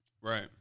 Right